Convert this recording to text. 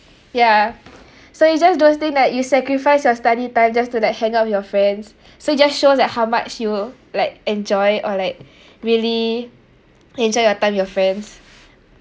ya so it's just those thing that you sacrifice your study time just to like hang out with your friends so just shows that how much you like enjoy or like really enjoy your time with your friends